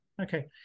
okay